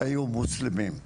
היו מוסלמים.